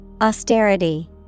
Austerity